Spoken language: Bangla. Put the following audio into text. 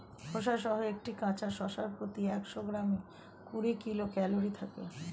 খোসাসহ একটি কাঁচা শসার প্রতি একশো গ্রামে কুড়ি কিলো ক্যালরি থাকে